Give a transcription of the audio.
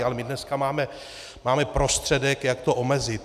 Ale my dneska máme prostředek, jak to omezit.